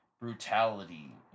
brutality